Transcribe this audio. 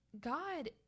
God